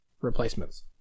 replacements